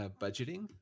budgeting